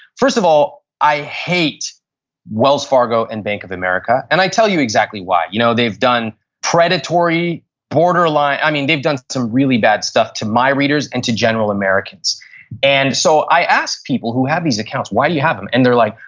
first of all, i hate wells fargo and bank of america and i tell you exactly why. you know they've done predatory borderline, i mean, they've done some really bad stuff to my readers and to general americans and so, i ask people who have these accounts why do you have them? and they're like,